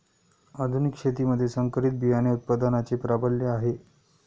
आधुनिक शेतीमध्ये संकरित बियाणे उत्पादनाचे प्राबल्य आहे